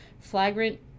flagrant